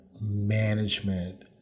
management